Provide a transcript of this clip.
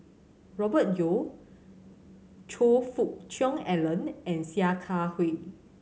Robert Yeo Choe Fook Cheong Alan and Sia Kah Hui